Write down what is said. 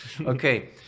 Okay